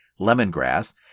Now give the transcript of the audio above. lemongrass